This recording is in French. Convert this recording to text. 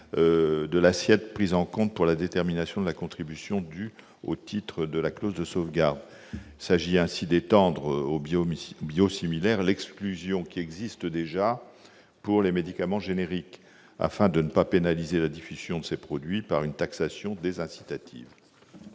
de l'assiette prise en compte pour la détermination de la contribution due au titre de la clause de sauvegarde. Il s'agit ainsi d'étendre aux biosimilaires l'exclusion existant déjà pour les médicaments génériques, afin de ne pas pénaliser la diffusion de ces produits par une taxation désincitative.